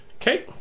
okay